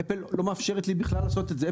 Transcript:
"אפל" לא מאפשרת לי בכלל לעשות את זה.